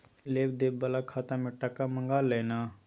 लेब देब बला खाता मे टका मँगा लय ना